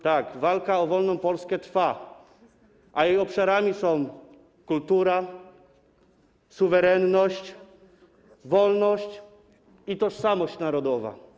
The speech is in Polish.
Tak, walka o wolną Polskę trwa, a jej obszarami są kultura, suwerenność, wolność i tożsamość narodowa.